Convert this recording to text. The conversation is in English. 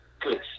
good